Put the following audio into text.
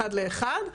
אחד לאחד,